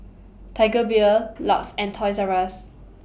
Tiger Beer LUX and Toys Rus